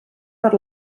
per